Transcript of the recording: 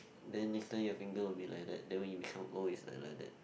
then next time your finger will be like that then when you become old is like that